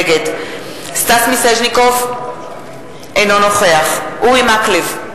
נגד סטס מיסז'ניקוב, אינו נוכח אורי מקלב,